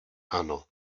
ano